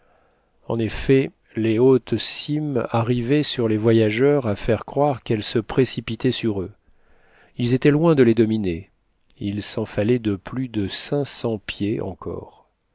en effet les hautes cimes arrivaient sur les voyageurs à faire croire qu'elles se précipitaient sur eux ils étaient loin de les dominer il s'en fallait de plus de cinq cents pieds encore